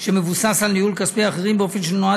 שמבוסס על ניהול כספי אחרים באופן שנועד